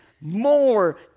more